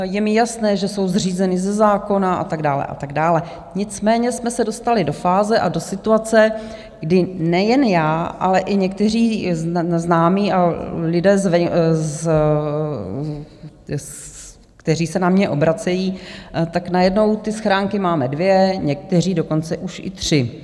Je mi jasné, že jsou zřízeny ze zákona a tak dále a tak dále, nicméně jsme se dostali do fáze a do situace, kdy nejen já, ale i někteří známí a lidé, kteří se na mě obracejí, najednou ty schránky máme dvě, někteří dokonce i tři.